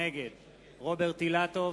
נגד רוברט אילטוב,